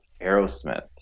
Aerosmith